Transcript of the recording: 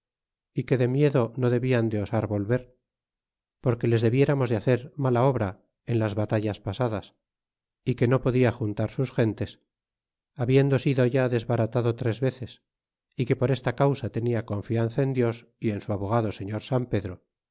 y que de miedo no debian de osar volver porque les debiéramos de hacer mala obra en las batallas pasadas y que no podria juntar sus gentes habiendo sido ya desbaratado tres veces y que por esta causa tenia confianza en dios y en su abogado señor san pedro